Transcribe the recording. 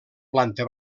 planta